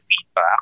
feedback